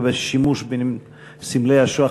לגבי שימוש בסמלי השואה.